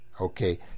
okay